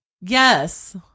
Yes